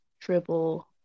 triple